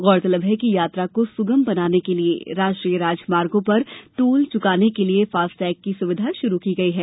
गौरतलब है कि यात्रा को सुगम बनाने के लिए राष्ट्रीय राजमार्गों पर टोल चुकाने के लिए फास्टैग की सुविधा शुरू की गई है